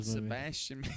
Sebastian